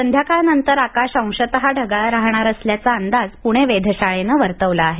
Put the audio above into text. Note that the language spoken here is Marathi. संध्याकाळनंतर आकाश अंशतः ढगाळ राहणार असल्याचा अंदाज पुणे वेधशाळेनं वर्तवला आहे